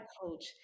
coach